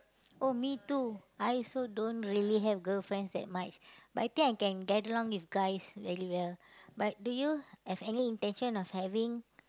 oh me too I also don't really have girl friends that much but I think I can get along with guys very well but do you have any intention of having